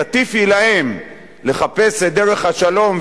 תטיפי להם לחפש את דרך השלום,